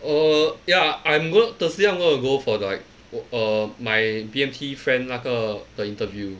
err ya I'm go thursday I'm going to go for the like uh my B_M_T friend 那个 the interview